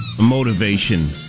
motivation